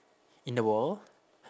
in a wall